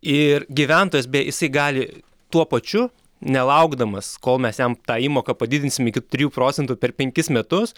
ir gyventojas be jisai gali tuo pačiu nelaukdamas kol mes jam tą įmoką padidinsim iki trijų procentų per penkis metus